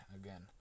again